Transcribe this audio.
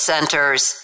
Centers